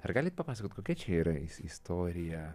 ar galite papasakot kokia čia yra istorija